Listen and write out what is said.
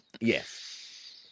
Yes